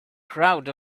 crowd